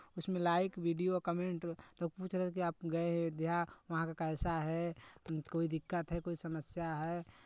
उसमें like video comment लोग पूछ रहे थे कि आप गए अयोध्या वहाँ का कैसा है कोई दिक्कत है कोई समस्या है